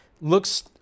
looks